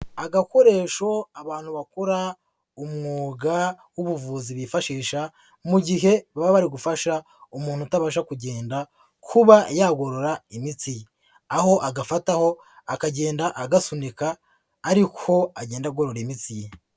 Agakoresho abantu bakora umwuga w'ubuvuzi bifashisha mu gihe baba bari gufasha umuntu utabasha kugenda kuba yagorora imitsi ye, aho agafataho akagenda agasunika ari ko agenda agorora imitsi ye.